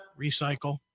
Recycle